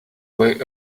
way